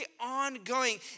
ongoing